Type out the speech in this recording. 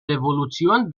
revolution